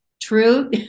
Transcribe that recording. true